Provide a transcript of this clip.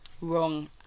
wrong